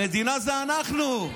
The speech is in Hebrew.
המדינה זה אנחנו.